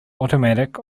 automatic